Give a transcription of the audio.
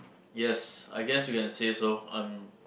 yes I guess you can say so I'm